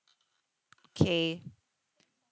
okay